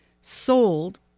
sold